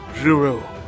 Zero